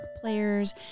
players